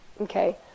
okay